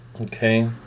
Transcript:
Okay